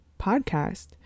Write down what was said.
podcast